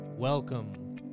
Welcome